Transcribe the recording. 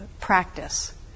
practice